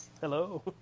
Hello